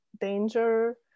danger